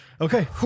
okay